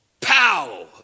pow